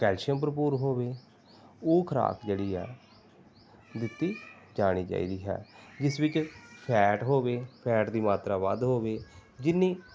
calcium ਭਰਪੂਰ ਹੋਵੇ ਉਹ ਖੁਰਾਕ ਜਿਹੜੀ ਆ ਦਿੱਤੀ ਜਾਣੀ ਚਾਹੀਦੀ ਹੈ ਜਿਸ ਵਿੱਚ ਫ਼ੈਟ ਹੋਵੇ ਫ਼ੈਟ ਦੀ ਮਾਤਰਾ ਵੱਧ ਹੋਵੇ ਜਿੰਨੀ